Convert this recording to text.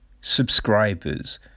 subscribers